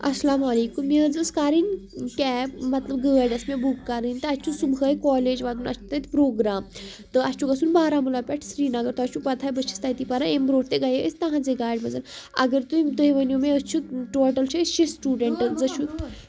السلامُ علیکُم مےٚ حظ ٲس کَرٕنۍ کیب مطلب گٲڑۍ ٲس مےٚ بُک کَرٕنۍ تہٕ اَسہِ چھُ صُبحٲے کالج واتُن اَسہِ چھِ تَتہِ پرٛوگرٛام تہٕ اَسہِ چھِ گژھُن بارہمولہ پٮ۪ٹھ سرینگر تۄہہِ چھُ پَتہٕ ہَے بہٕ چھس تَتی پَران امہِ برونٛٹھ تہِ گٔیے أسۍ تَہَنٛزِ گاڑِ منٛز اگر تُہۍ تُہۍ ؤنِو مےٚ أسۍ چھِ ٹوٹَل چھِ أسۍ شیےٚ سٹوٗڈَنٛٹ زٕ چھُ